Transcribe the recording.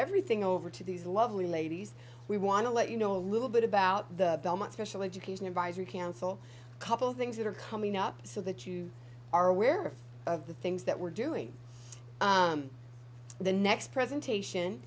everything over to these lovely ladies we want to let you know a little bit about the belmont special education advisory council couple things that are coming up so that you are aware of the things that we're doing the next presentation